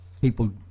people